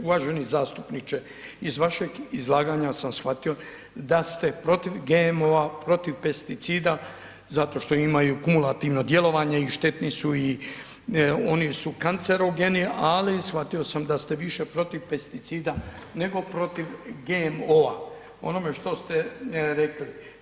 Uvaženi zastupniče, iz vašeg izlaganja sam shvatio da ste protiv GMO-a, protiv pesticida zato što imaju kumulativno djelovanje i štetni su i oni su kancerogeni ali shvatio sam da ste više protiv pesticida nego protiv GMO-a, onome što ste rekli.